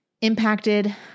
impacted